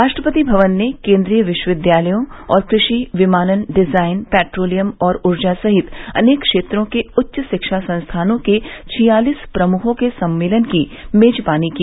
राष्ट्रपति भवन ने केंद्रीय विश्वविद्यालयों और कृषि विमानन डिजाइन पेट्रोलियम और ऊर्जा सहित अनेक क्षेत्रों के उच्च शिक्षा संस्थानों के छियालिस प्रमुखों के सम्मेलन की मेजबानी की